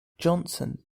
johnson